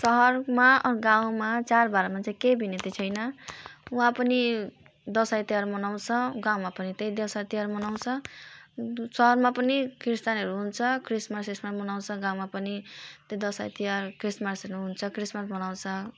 सहरमा अ गाउँमा चाडबाडमा चाहिँ केही भिन्नता छैन वहाँ पनि दसैँ तिहार मनाउँछ गाउँमा पनि त्यही दसैँ तिहार मनाउँछ सहरतिर पनि क्रिस्चियनहरू हुन्छ क्रिसमस स्रिसमस मनाउँछ गाउँमा पनि त्यो दसैँ तिहार क्रिसमसहरू हुन्छ क्रिसमस मनाउँछ